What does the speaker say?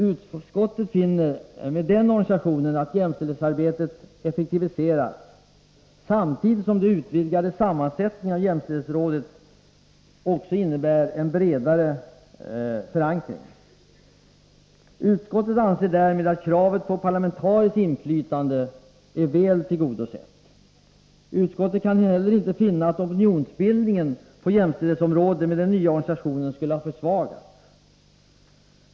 Utskottsmajoriteten finner att med den organisationen har jämställdhetsarbetet effektiviserats samtidigt som den utvidgade sammansättningen av jämställdhetsrådet innebär en bredare förankring. Utskottsmajoriteten anser därmed att kravet på parlamentariskt inflytande är väl tillgodosett. Utskottsmajoriteten kan inte heller finna att opinionsbildningen på jämställdhetsområdet med den nya organisationen skulle ha försvagats.